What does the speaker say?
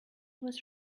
was